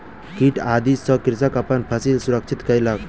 कीट आदि सॅ कृषक अपन फसिल सुरक्षित कयलक